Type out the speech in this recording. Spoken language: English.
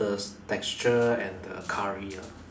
the texture and the curry ah